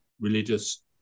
religious